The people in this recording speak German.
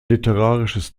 literarisches